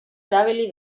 erabili